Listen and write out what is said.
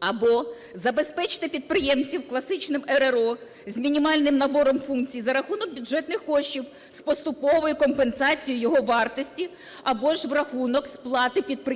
Або забезпечити підприємців класичним РРО з мінімальний набором функцій за рахунок бюджетних коштів з поступовою компенсацією його вартості або ж в рахунок сплати підприємцем